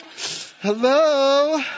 Hello